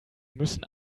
müssen